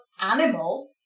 animal